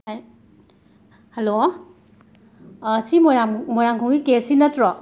hello ꯁꯤ ꯃꯣꯏꯔꯥꯡ ꯃꯣꯏꯔꯥꯡꯈꯣꯝꯒꯤ K F C ꯅꯠꯇ꯭ꯔꯣ